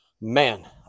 man